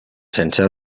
sense